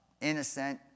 innocent